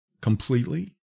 completely